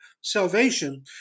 salvation